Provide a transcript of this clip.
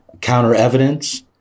counter-evidence